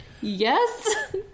yes